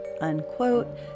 unquote